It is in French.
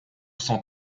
cent